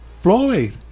Floyd